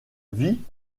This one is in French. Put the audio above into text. vit